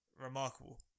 remarkable